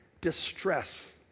distress